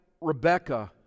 rebecca